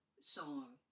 song